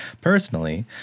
personally